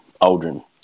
Aldrin